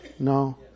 No